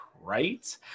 right